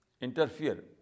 interfere